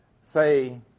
say